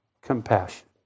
compassion